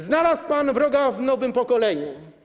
Znalazł pan wroga w nowym pokoleniu.